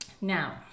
Now